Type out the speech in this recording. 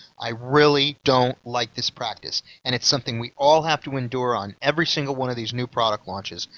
i really don't like this practice, and it's something we all have to endure on every single one of these new product launches!